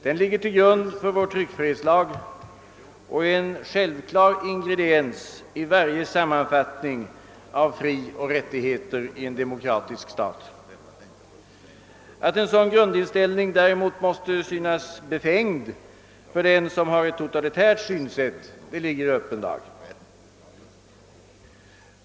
Den ligger till grund för vår tryckfrihetslag och är en självklar ingrediens i varje sammanfattning av frioch rättigheter i en demokratisk stat. Att en sådan grundinställning däremot måste synas befängd för den som har ett totalitärt synsätt ligger i öppen dag.